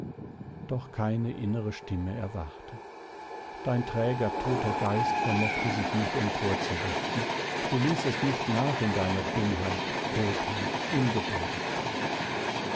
doch keine innere stimme erwachte dein träger toter geist vermochte sich nicht emporzurichten du ließest nicht nach in deiner dummheit grobheit ungebärdigkeit